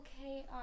okay